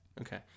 Okay